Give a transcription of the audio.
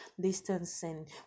distancing